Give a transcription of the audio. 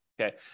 okay